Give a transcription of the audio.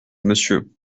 monsieur